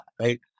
right